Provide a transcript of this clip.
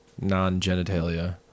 non-genitalia